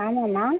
ஆமாம் மா